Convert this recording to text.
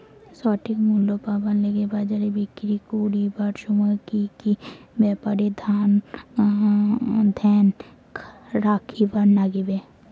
সঠিক মূল্য পাবার গেলে বাজারে বিক্রি করিবার সময় কি কি ব্যাপার এ ধ্যান রাখিবার লাগবে?